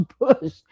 Bush